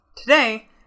today